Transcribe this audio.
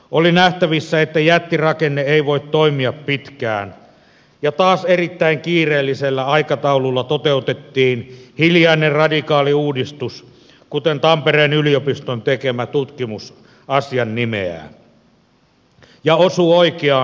oli nähtävissä että jättirakenne ei voi toimia pitkään ja taas erittäin kiireellisellä aikataululla toteutettiin hiljainen radikaali uudistus kuten tampereen yliopiston tekemä tutkimus asian nimeää ja osuu oikeaan